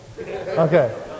Okay